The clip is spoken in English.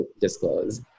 disclose